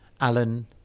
Alan